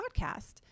podcast